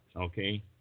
okay